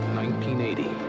1980